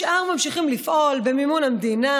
השאר ממשיכים לפעול במימון המדינה,